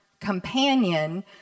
companion